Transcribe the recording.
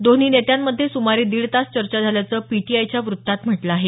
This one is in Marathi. दोन्ही नेत्यांमध्ये सुमारे दीड तास चर्चा झाल्याचं पीटीआयच्या वृत्तात म्हटलं आहे